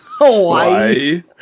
Hawaii